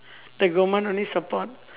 the government only support